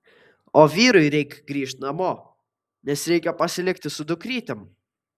o vyrui reik grįžt namo nes reikia pasilikti su dukrytėm